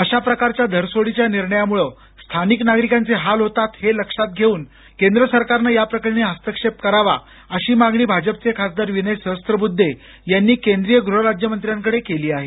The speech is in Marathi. अशा प्रकारच्या धरसोडीच्या निर्णयामुळं स्थानिक नागरिकांचे हाल होतात हे लक्षात घेऊन केंद्र सरकारने याप्रकरणी हस्तक्षेप करावा अशी मागणी भाजपचे खासदार विनय सहस्त्रबुद्धे यांनी केंद्रीय गृह राज्यमंत्र्यांकडे केली आहे